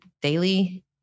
daily